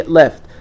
left